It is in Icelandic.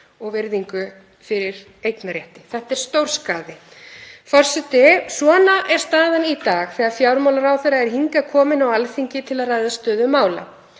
og virðingu fyrir eignarrétti. Þetta er stórskaði. Forseti. Svona er staðan í dag þegar fjármálaráðherra er hingað kominn á Alþingi til að ræða stöðu mála.